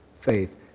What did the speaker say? faith